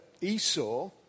Esau